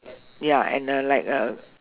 ya and like